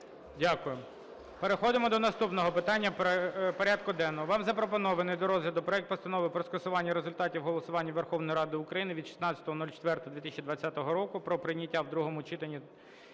Дякую. Переходимо до наступного питання порядку денного. Вам запропонований до розгляду проект Постанови про скасування результатів голосування Верховної Ради України від 16.04.2020 року про прийняття в другому читанні